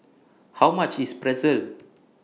How much IS Pretzel